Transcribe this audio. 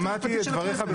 שמעתי את דבריך בסבלנות.